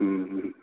ꯎꯝ ꯍꯨꯝ